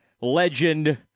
legend